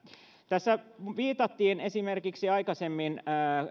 tässä viitattiin aikaisemmin